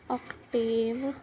octave